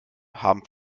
haben